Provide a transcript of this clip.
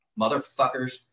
motherfuckers